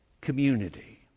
Community